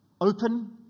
open